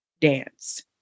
dance